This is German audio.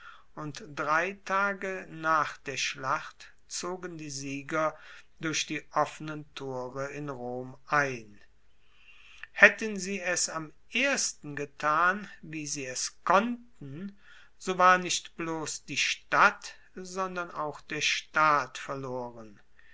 und drei tage nach der schlacht zogen die sieger durch die offenen tore in rom ein haetten sie es am ersten getan wie sie es konnten so war nicht bloss die stadt sondern auch der staat verloren